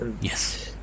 Yes